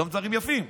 גם דברים יפים,